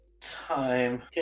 time